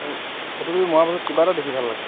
আৰু ফটোকেইকপি মাৰৰ পিছত কিবা এটা দেখি ভাল লাগে